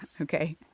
Okay